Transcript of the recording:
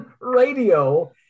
Radio